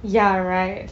ya right